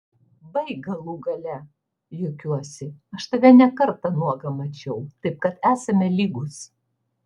baik galų gale juokiuosi aš tave ne kartą nuogą mačiau taip kad esame lygūs